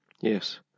Yes